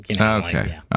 Okay